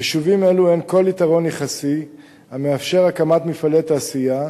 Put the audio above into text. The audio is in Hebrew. ביישובים אלו אין כל יתרון יחסי המאפשר הקמת מפעלי תעשייה,